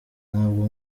ntabwo